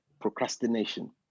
procrastination